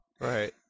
right